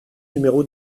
numéro